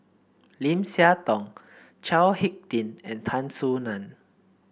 Lim Siah Tong Chao HicK Tin and Tan Soo Nan